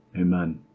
Amen